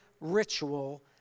ritual